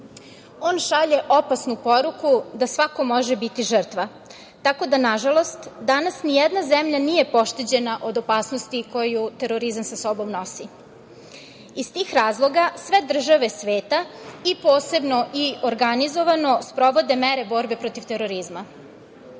On šalje opasnu poruku da svako može biti žrtva, tako da na žalost danas ni jedna zemlja nije pošteđena od opasnosti koju terorizam sa sobom nosi. Iz tih razloga sve države svete i posebno i organizovano sprovode mere borbe protiv terorizma. Republika